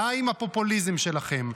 די עם הפופוליזם שלכם.